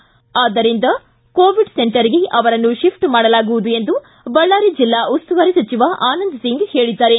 ಹಾಗಾಗಿ ಅವರನ್ನು ಕೋವಿಡ್ ಸೆಂಟರ್ಗೆ ಶಿಫ್ಟ್ ಮಾಡಲಾಗುವುದು ಎಂದು ಬಳ್ಳಾರಿ ಜಿಲ್ಲಾ ಉಸ್ತುವಾರಿ ಸಚಿವ ಆನಂದ ಸಿಂಗ್ ಹೇಳಿದ್ದಾರೆ